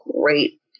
great